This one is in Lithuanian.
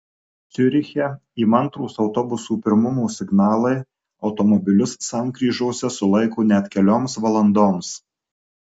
ciuriche įmantrūs autobusų pirmumo signalai automobilius sankryžose sulaiko net kelioms valandoms